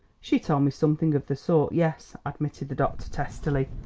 she told me something of the sort yes, admitted the doctor testily.